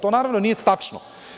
To, naravno, nije tačno.